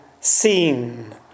seen